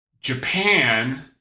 Japan